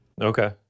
Okay